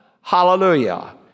Hallelujah